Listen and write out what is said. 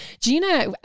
Gina